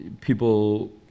people